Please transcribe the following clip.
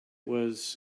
was